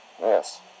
Yes